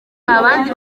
abandi